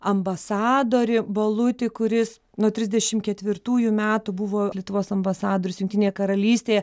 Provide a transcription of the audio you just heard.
ambasadorių balutį kuris nuo trisdešim ketvirtųjų metų buvo lietuvos ambasadorius jungtinėje karalystėje